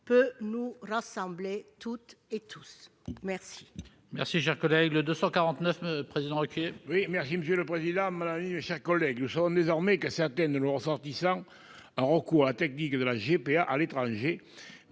peut nous rassembler toutes et tous.